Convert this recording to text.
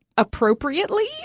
Appropriately